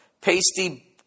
pasty